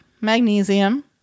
magnesium